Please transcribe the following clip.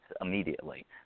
immediately